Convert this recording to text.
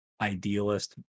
idealist